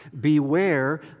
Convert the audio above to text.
Beware